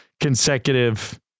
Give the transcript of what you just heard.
consecutive